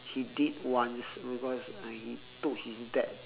he did once because he took his dad